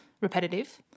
repetitive